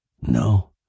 No